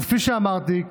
כפי שאמרתי,